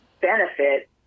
benefit